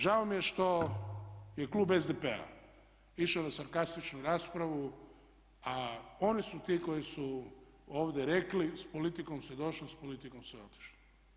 Žao mi je što je klub SDP-a išao na sarkastičnu raspravu, a oni su ti koji su ovdje rekli, s politikom si došao, s politikom si otišao.